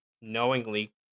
knowingly